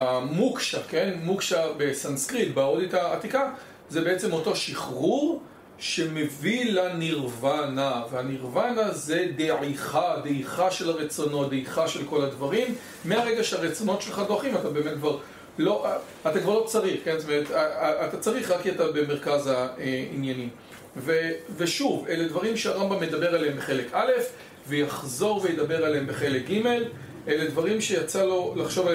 המוקשה, כן, מוקשה בסנסקריט, בעודית העתיקה זה בעצם אותו שחרור שמביא לנרוונה והנרוונה זה דעיכה, דעיכה של הרצונות, דעיכה של כל הדברים מהרגע שהרצונות שלך דוחים, אתה באמת כבר לא, אתה כבר לא צריך, כן, זאת אומרת, אתה צריך רק כי אתה במרכז העניינים ושוב, אלה דברים שהרמב״ם מדבר עליהם בחלק א', ויחזור וידבר עליהם בחלק ג', אלה דברים שיצא לו לחשוב עליהם